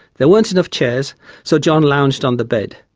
there weren't enough chairs so john lounged on the bed.